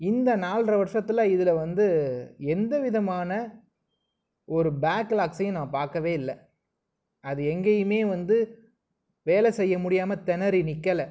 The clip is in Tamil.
இந்த நால்ரை வருஷத்தில் இதில் வந்து எந்த விதமான ஒரு பேக்லாக்ஸயும் நான் பார்க்கவே இல்லை அது எங்கேயுமே வந்து வேலை செய்ய முடியாமல் திணறி நிற்கல